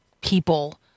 people